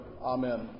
Amen